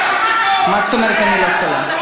מה זאת אומרת: אני לא יכולה?